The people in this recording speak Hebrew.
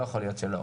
לא יכול להיות שלא,